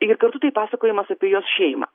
ir kartu tai pasakojimas apie jos šeimą